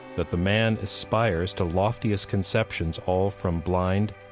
that the man aspires to loftiest conceptions, all from blind,